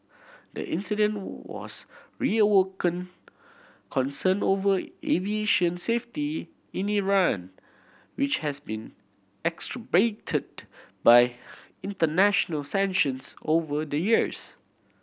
the incident was reawakened concern over aviation safety in Iran which has been exacerbated by international sanctions over the years